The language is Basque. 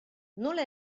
nola